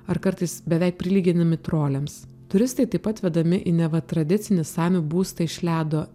ar kartais beveik prilyginami troliams turistai taip pat vedami į neva tradicinį samių būstą iš ledo